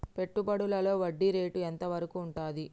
పెట్టుబడులలో వడ్డీ రేటు ఎంత వరకు ఉంటది?